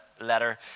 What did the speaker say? letter